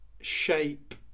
shape